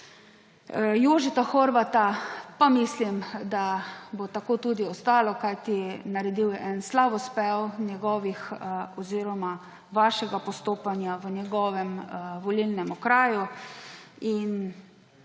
Jožefa Horvata pa mislim, da bo tako tudi ostalo, kajti naredil je en slavospev vašega postopanja v njegovem volilnem okraju